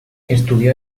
estudió